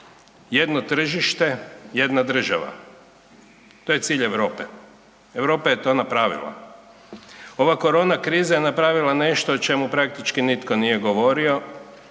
jedno tržište, jedna država. To je cilj Europe. Europa je to napravila. Oba korona kriza je napravila nešto o čemu praktički nitko nije govorio